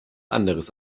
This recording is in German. anderes